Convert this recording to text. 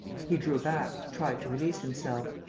he drew back, tried to release himself.